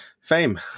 fame